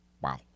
Wow